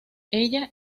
ella